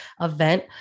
event